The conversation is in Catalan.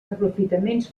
aprofitaments